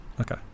Okay